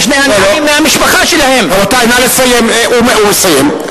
מהמשפחה שלהם, לא לא, רבותי, הוא מסיים.